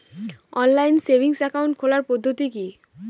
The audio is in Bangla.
অনলাইন সেভিংস একাউন্ট খোলার পদ্ধতি কি?